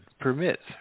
permits